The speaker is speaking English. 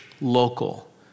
local